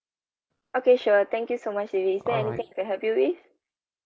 okay sure thank you so much david is there anything else to help you with